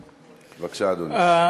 בבקשה, אדוני.